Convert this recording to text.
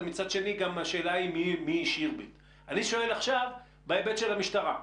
אני שואל עכשיו בהיבט של המשטרה.